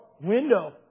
window